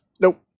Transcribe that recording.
Nope